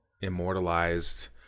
immortalized